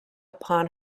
upon